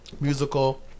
Musical